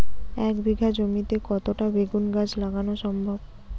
এক বিঘা জমিতে কয়টা বেগুন গাছ লাগানো সম্ভব?